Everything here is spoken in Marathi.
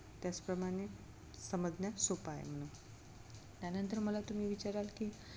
त्याचप्रमाणे समजण्यास सोपा आहे म्हणून त्यानंतर मला तुम्ही विचाराल की